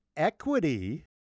Equity